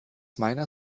meiner